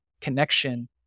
connection